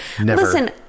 Listen